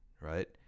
right